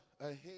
ahead